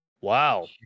Wow